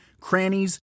crannies